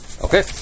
Okay